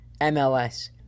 MLS